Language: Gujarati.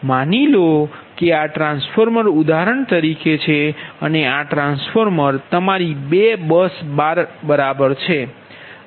માની લો કે આ ટ્રાન્સફોર્મર ઉદાહરણ તરીકે છે અને આ ટ્રાન્સફોર્મર તમારી 2 બસ બાર બરાબર છે